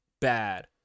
bad